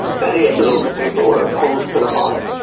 many of the local people were opposed to the mine.